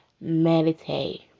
Meditate